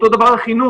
אותו דבר בחינוך.